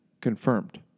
confirmed